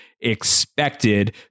expected